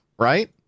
Right